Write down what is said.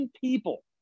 people